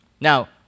Now